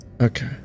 Okay